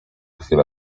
chwilę